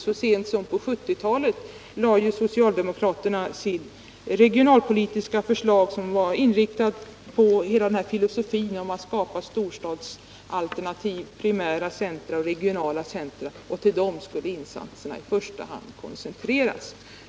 Så sent som på 1970-talet framlade socialdemokraterna ett regionalpolitiskt förslag som var inriktat på att skapa storstadsalternativ: primära centra och regionala centra, och till dem skulle insatserna i första hand koncentreras.